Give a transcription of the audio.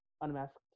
Unmasked